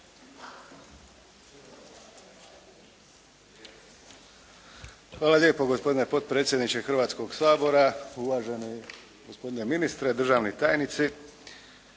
Hvala lijepo gospodine potpredsjedniče Hrvatskog sabora, uvaženi gospodine ministre, državni tajnici.